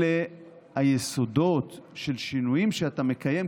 אלה היסודות של שינויים שאתה מקיים,